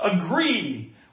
agree